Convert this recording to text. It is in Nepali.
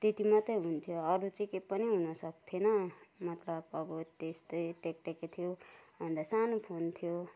त्यति मात्रै हुन्थ्यो अरू चाहिँ के पनि हुन सक्थेन मतलब अब त्यस्तै टेक टेके थियो अन्त सानो फोन थियो